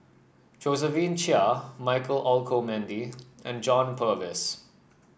Josephine Chia Michael Olcomendy and John Purvis